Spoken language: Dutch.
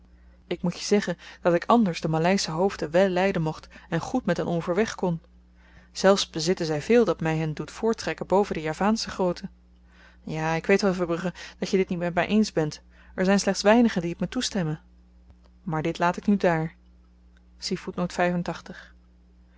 ik moet je zeggen dat ik anders de maleische hoofden wèl lyden mocht en goed met hen overweg kon zelfs bezitten zy veel dat my hen doet voortrekken boven de javaansche grooten ja ik weet wel verbrugge dat je dit niet met my eens bent er zyn slechts weinigen die t me toestemmen maar dit laat ik nu dààr